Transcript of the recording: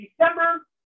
December